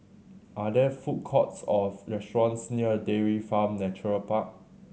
are there food courts or restaurants near Dairy Farm Nature Park